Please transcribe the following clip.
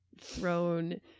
thrown